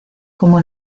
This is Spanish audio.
como